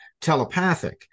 telepathic